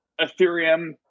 Ethereum